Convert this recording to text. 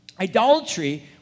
Idolatry